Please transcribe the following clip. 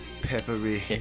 peppery